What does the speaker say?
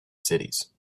cities